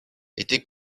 était